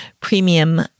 Premium